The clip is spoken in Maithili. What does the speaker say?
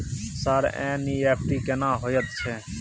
सर एन.ई.एफ.टी केना होयत छै?